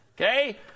Okay